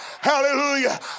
hallelujah